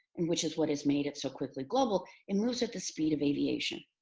and which is what has made it so quickly global, it moves at the speed of aviation.